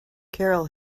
carol